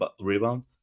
rebound